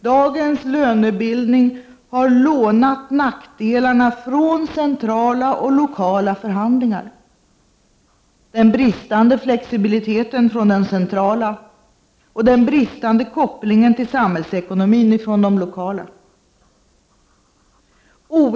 Dagens lönebildning har lånat nackdelarna från centrala och lokala förhandlingar: den bristande flexibiliteten från det centrala och den bristande kopplingen till samhällsekonomin från det lokala planet.